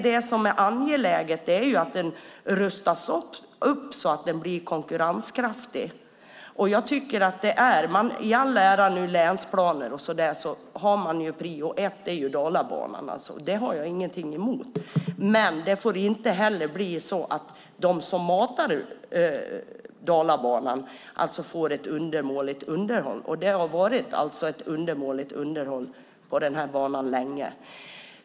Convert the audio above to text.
Det som är angeläget är att den rustas upp så att den blir konkurrenskraftig. Länsplaner och sådant i all ära men prio ett är Dalabanan. Det har jag ingenting emot, men det får inte bli så att de som matar Dalabanan får ett undermåligt underhåll. Det har varit ett undermåligt underhåll på den här banan länge.